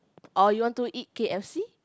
or you want to eat K_F_C